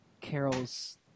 Carol's